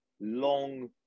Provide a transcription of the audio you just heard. long